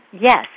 Yes